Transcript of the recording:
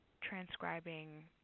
transcribing